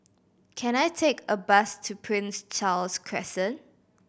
can I take a bus to Prince Charles Crescent